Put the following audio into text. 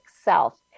self